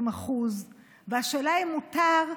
זה ב-20%; השאלה אם מותר,